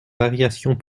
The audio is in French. variations